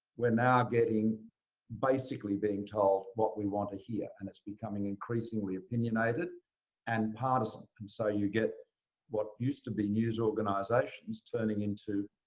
we're now getting basically being told what we want to hear. and that's becoming increasingly opinionated and partisan. and so you get what used to be news organizations turning into,